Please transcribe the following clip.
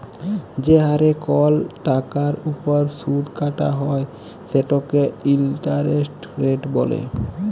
যে হারে কল টাকার উপর সুদ কাটা হ্যয় সেটকে ইলটারেস্ট রেট ব্যলে